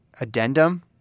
addendum